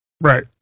Right